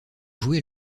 joué